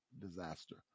disaster